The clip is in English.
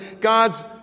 God's